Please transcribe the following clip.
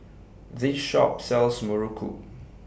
This Shop sells Muruku